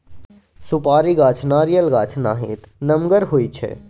सुपारी गाछ नारियल गाछ नाहित नमगर होइ छइ